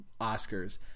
Oscars